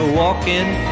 walking